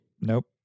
Nope